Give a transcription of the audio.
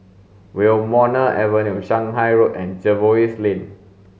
Wilmonar Avenue Shanghai Road and Jervois Lane